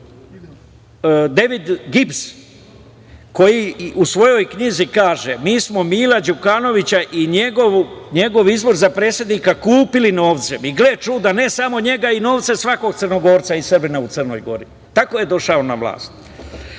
Dejvid Gibs koji u svojoj knjizi kaže – mi smo Mila Đukanovića i njegov izbor za predsednika kupili novce i gle čuda, ne samo njega, i novcem svakog Crnogorca i Srbina u Crnoj Gori i tako je došao na vlast. Maja